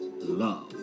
love